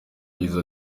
yagize